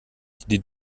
die